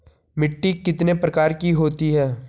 मिट्टी कितने प्रकार की होती है?